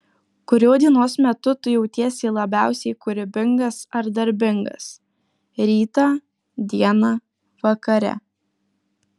kuriuo dienos metu tu jautiesi labiausiai kūrybingas ar darbingas rytą dieną vakare